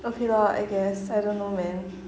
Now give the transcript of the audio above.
okay lor I guess I don't know man